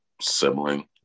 sibling